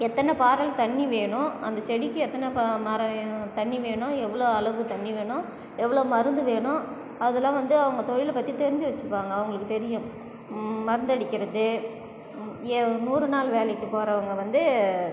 எத்தனை பாரல் தண்ணி வேணும் அந்த செடிக்கு எத்தனை ப மர வேணும் தண்ணி வேணும் எவ்வளோ அளவு தண்ணி வேணும் எவ்வளோ மருந்து வேணும் அதெல்லாம் வந்து அவங்க தொழிலை பற்றித் தெரிஞ்சு வச்சுப்பாங்க அவங்களுக்கு தெரியும் மருத்தடிக்கிறது எ நூறு நாள் வேலைக்கு போகிறவங்க வந்து